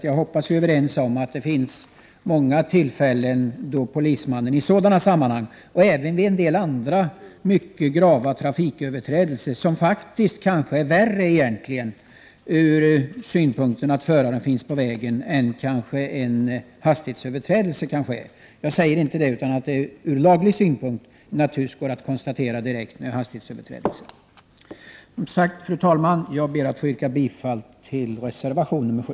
Jag hoppas att vi är överens om att polisman vid sådana tillfällen och vid andra trafiköverträdelser, som faktiskt är värre än hastighetsöverträdelser, skall få dra in körkortet. Fru talman! Med detta ber jag att få yrka bifall till reservation 7.